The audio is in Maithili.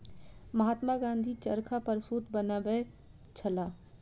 महात्मा गाँधी चरखा पर सूत बनबै छलाह